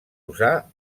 usar